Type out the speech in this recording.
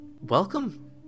Welcome